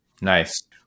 Nice